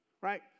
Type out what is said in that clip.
right